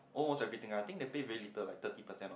almost everything I think they pay very little like thirty percent or